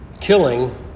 killing